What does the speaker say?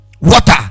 Water